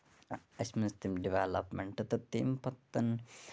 اَسہِ منٛز تِم ڈِویلَپمینٹ تہٕ تَمہِ پَتہٕ